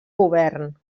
govern